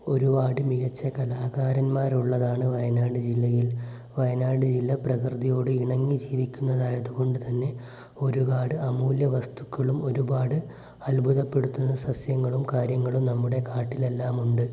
ഒരുപാട് മികച്ച കലാകാരന്മാരുള്ളതാണ് വയനാട് ജില്ലയിൽ വയനാട് ജില്ല പ്രകൃതിയോട് ഇണങ്ങി ജീവിക്കുന്നതായതുകൊണ്ട് തന്നെ ഒരുപാട് അമൂല്യ വസ്തുക്കളും ഒരുപാട് അത്ഭുതപ്പെടുത്തുന്ന സസ്യങ്ങളും കാര്യങ്ങളും നമ്മുടെ കാട്ടിലെല്ലാമുണ്ട്